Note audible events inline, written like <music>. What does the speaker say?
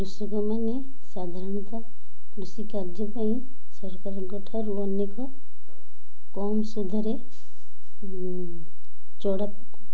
କୃଷକମାନେ ସାଧାରଣତଃ କୃଷି କାର୍ଯ୍ୟ ପାଇଁ ସରକାରଙ୍କଠାରୁ ଅନେକ କମ୍ ସୁଧରେ <unintelligible>